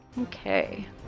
Okay